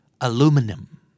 aluminum